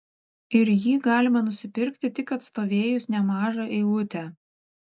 ir jį galima nusipirkti tik atstovėjus nemažą eilutę